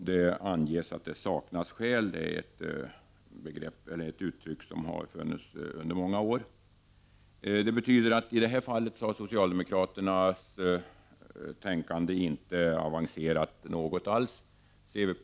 De anger att det saknas skäl för lagstiftning. Det är ett uttryck som har funnits i många år. Det betyder att socialdemokraterna i det här fallet inte alls avancerat.